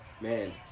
Man